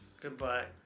Goodbye